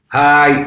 hi